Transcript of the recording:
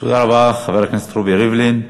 תודה רבה, חבר הכנסת רובי ריבלין.